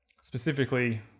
specifically